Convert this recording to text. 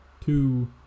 two